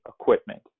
equipment